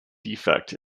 defect